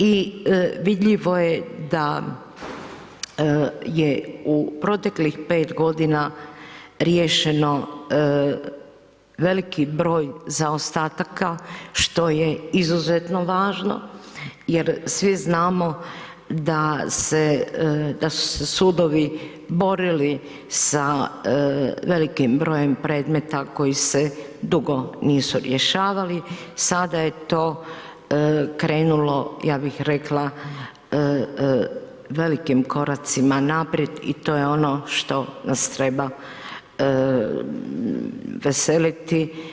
I vidljivo je da je u proteklih pet godina riješeno veliki broj zaostataka što je izuzetno važno jer svi znamo da su se sudovi borili sa velikim brojem predmeta koji se dugo nisu rješavali, sada je to krenulo, ja bih rekla velikim koracima naprijed i to je ono što nas treba veseliti.